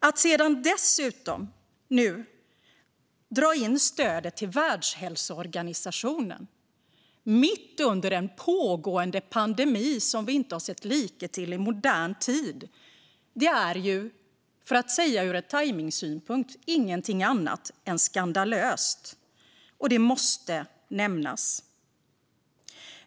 Att dessutom nu dra in stödet till Världshälsoorganisationen, mitt under en pågående pandemi vars like vi inte har sett i modern tid, är i fråga om tajmning ingenting annat än skandalöst. Det måste nämnas.